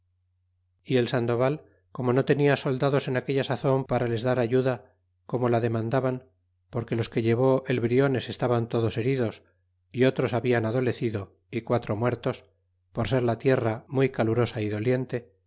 y el sandoval como no tenia soldados en aquella sazon para les dar ayuda corno la demandaban porque los que llevó el briones estaban todos heridos y otros hablan adolecido e quatro muertos por ser la tierra muy calurosa é doliente